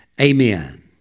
Amen